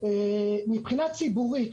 מבחינה ציבורית,